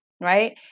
right